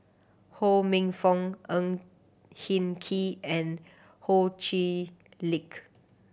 Ho Minfong Ang Hin Kee and Ho Chee Lick